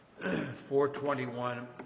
421